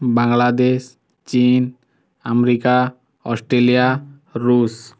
Bangladesh China America Australia Russia